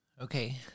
Okay